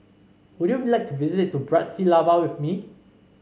would you like to visit Bratislava with me